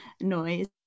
noise